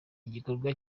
igikorwa